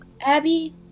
Abby